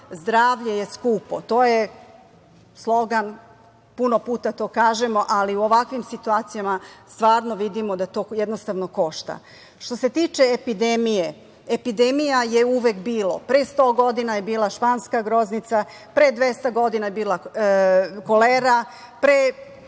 zdravlje je skupo. To je slogan i puno puta to kažemo, ali u ovakvim situacijama stvarno vidimo da to košta. Što se tiče epidemije, epidemija je uvek bilo. Pre 100 godina je bila Španska groznica, pre 200 godina je bila Kolera, pre